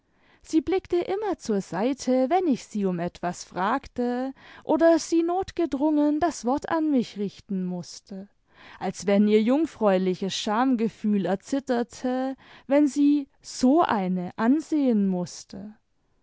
sie blickte inuner zur seite wenn ich sie um etwas fragte oder sie notgednmgen das wort an mich richten mußte als wenn ihr jungfräuliches schamgefühl erzitterte wenn sie so eine ansehen mußte